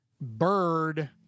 bird